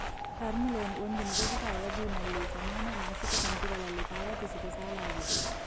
term loan ಒಂದು ನಿಗದಿತ ಅವಧಿನಲ್ಲಿ ಸಮಾನ ಮಾಸಿಕ ಕಂತುಗಳಲ್ಲಿ ಪಾವತಿಸಿದ ಸಾಲ ಆಗಿದೆ